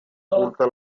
oculta